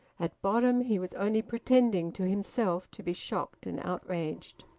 at bottom, he was only pretending to himself to be shocked and outraged.